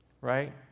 right